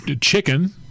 Chicken